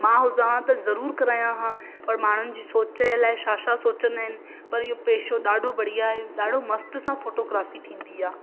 मां हुजां हा त ज़रूरु करायां हा पर माण्हुनि जी सोच आहे अलाए छा छा सोचींदा आहिनि पर इहो पेशो ॾाढो बढ़िया ए ॾाढो मस्त सां फोटोग्राफी थींदी आहे